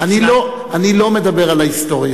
אני לא מדבר על ההיסטוריה.